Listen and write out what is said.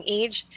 age